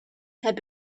had